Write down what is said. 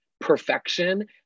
perfection